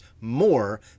more